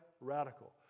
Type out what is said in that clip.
radical